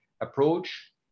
approach